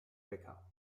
wecker